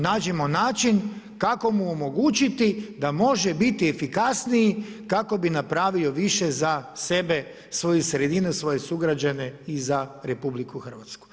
Nađimo način kako mu omogućiti da može biti efikasniji, kako bi napravili više za sebe, svoju sredinu, svoje sugrađane i za RH.